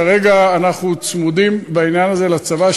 כרגע אנחנו צמודים בעניין הזה לצבא,